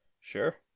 Sure